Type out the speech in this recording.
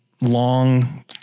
long